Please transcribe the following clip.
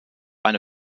eine